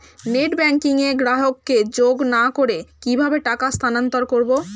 Net banking এ গ্রাহককে যোগ না করে কিভাবে টাকা স্থানান্তর করব?